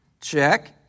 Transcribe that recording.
check